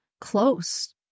close